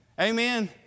Amen